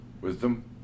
Wisdom